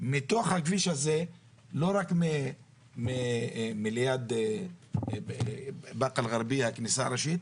מתוך הכביש לא רק מהכניסה הראשית של בקעה אל גרבייה,